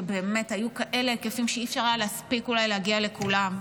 שבאמת היו כאלה היקפים שאולי אי-אפשר היה להספיק להגיע לכולם,